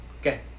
Okay